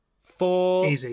four